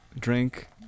drink